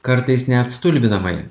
kartais net stulbinamai